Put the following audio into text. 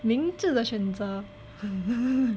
明智的选择